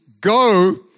Go